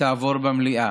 תעבור במליאה.